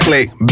Click